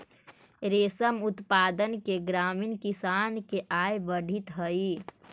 रेशम उत्पादन से ग्रामीण किसान के आय बढ़ित हइ